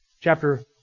Chapter